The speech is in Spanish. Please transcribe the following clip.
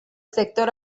sector